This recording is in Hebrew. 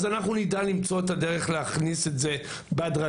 אז אנחנו נדע למצוא את הדרך להכניס את זה בהדרגה.